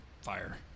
fire